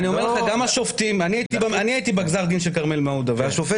אני הייתי בגזר דין של כרמל מעודה והשופט